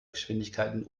geschwindigkeiten